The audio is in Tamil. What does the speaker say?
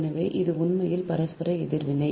எனவே இது உண்மையில் பரஸ்பர எதிர்வினை